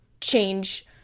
change